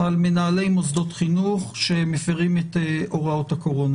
על מנהלי מוסדות חינוך שמפרים את הוראות הקורונה.